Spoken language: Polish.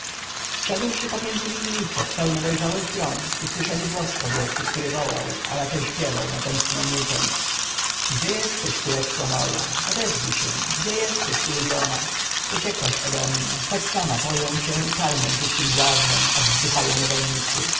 zszedłszy między winnice pełne dojrzałych gron usłyszeli głos kobiecy który wołał a raczej śpiewał na tęskną nutę gdzie jesteś kureczko moja odezwij się gdzie jesteś ulubiona uciekłaś ode mnie choć sama poję cię i karmię czystem ziarnem aż wzdychają niewolnicy